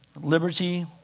liberty